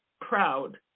proud